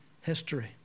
history